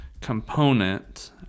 component